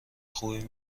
خوبی